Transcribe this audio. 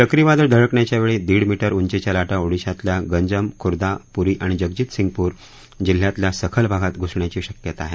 चक्रीवादळ धडकण्याच्या वेळी दीड मीटर उंचीच्या लाटा ओदिशातल्या गंजम खुर्दा पुरी आणि जगतसिंगपूर जिल्ह्यातल्या सखल भागात घुसण्याची शक्यता आहे